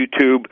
YouTube